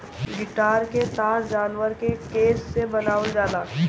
guitar क तार जानवर के केस से बनावल जाला